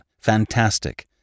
fantastic